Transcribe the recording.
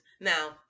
Now